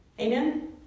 Amen